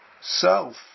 self